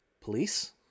police